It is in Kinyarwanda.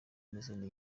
n’izindi